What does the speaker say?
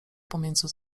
pomiędzy